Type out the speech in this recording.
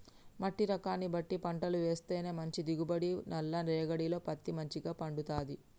మట్టి రకాన్ని బట్టి పంటలు వేస్తేనే మంచి దిగుబడి, నల్ల రేగఢీలో పత్తి మంచిగ పండుతది